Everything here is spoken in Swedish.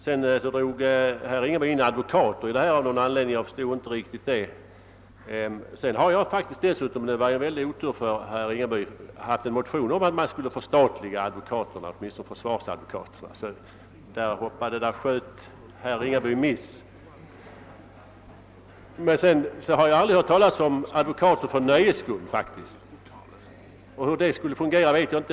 Herr Ringaby drog in advokater i det här av någon anledning som jag inte riktigt förstod. Det var ju otur för herr Ringaby att jag har haft en motion om att förstatliga åtminstone försvarsadvokaterna, så där sköt herr Ringaby miss. Jag har dock aldrig hört talas om advoktater för nöjes skull. Hur de skulle fungera vet jag inte.